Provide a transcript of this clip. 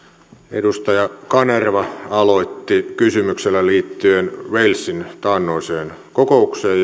edustaja kanerva aloitti kysymyksellä liittyen walesin taannoiseen kokoukseen